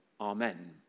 Amen